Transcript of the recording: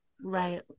Right